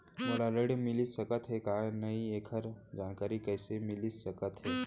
मोला ऋण मिलिस सकत हे कि नई एखर जानकारी कइसे मिलिस सकत हे?